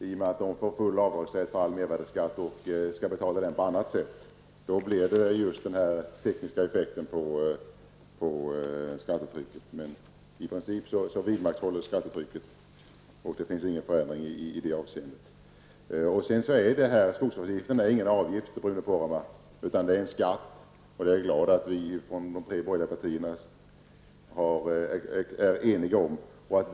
I och med att de får full avdragsrätt för all mervärdeskatt och skall betala den på annat sätt blir det sådana tekniska effekter på skattetrycket, som ändå i princip vidmakthålls. Det blir alltså ingen förändring i det avseendet. Skogsvårdsavgiften är ingen avgift, Bruno Poromaa, utan det är en skatt. Det glädjer mig att de tre borgerliga partierna är eniga om detta.